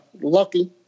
Lucky